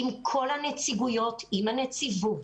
עם כל הנציגויות, עם הנציבות